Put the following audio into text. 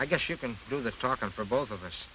i guess you can do the talking for both of us